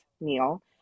meal